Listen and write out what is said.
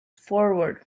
forward